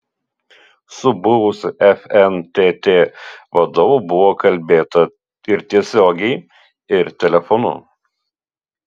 su buvusiu fntt vadovu buvo kalbėta ir tiesiogiai ir telefonu